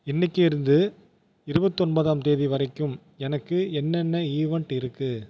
இன்னைக்கி இருந்து இருபத்தொன்பதாம் தேதி வரைக்கும் எனக்கு என்னென்ன ஈவெண்ட் இருக்கு